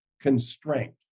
constraint